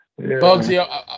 Bugsy